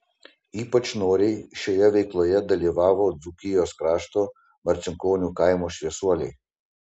ypač noriai šioje veikloje dalyvavo dzūkijos krašto marcinkonių kaimo šviesuoliai